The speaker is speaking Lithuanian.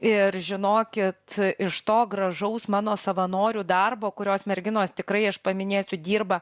ir žinokit iš to gražaus mano savanorių darbo kurios merginos tikrai aš paminėsiu dirba